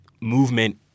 movement